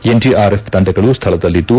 NDRF ತಂಡಗಳು ಸ್ಥಳದಲ್ಲಿದ್ದು